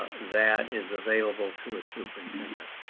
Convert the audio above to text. that is available to superintendent.